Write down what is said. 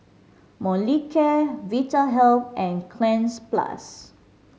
Molicare Vitahealth and Cleanz Plus